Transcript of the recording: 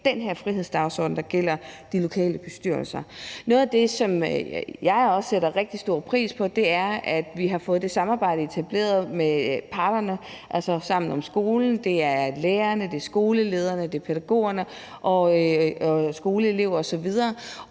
bag den her frihedsdagsorden, der angår de lokale bestyrelser. Noget af det, som jeg også sætter rigtig stor pris på, er, at vi har fået det samarbejde etableret med parterne, altså »Sammen om skolen«. Det er sammen med lærerne, med skolelederne, med pædagogerne, med skoleeleverne osv.